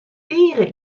tige